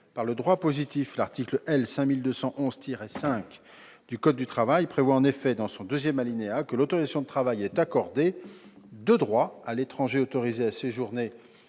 par le droit positif. L'article L. 5221-5 du code du travail précise, à son deuxième alinéa :« L'autorisation de travail est accordée de droit à l'étranger autorisé à séjourner